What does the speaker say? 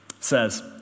says